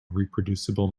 reproducible